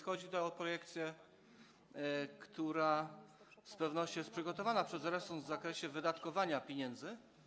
Chodzi tu o projekcję, która z pewnością jest przygotowana przez resort, w zakresie wydatkowania pieniędzy.